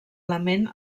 element